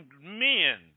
men